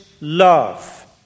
love